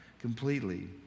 completely